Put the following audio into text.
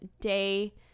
day